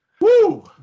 Woo